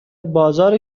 بازار